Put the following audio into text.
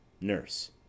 Nurse